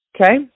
Okay